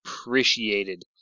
appreciated